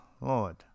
Lord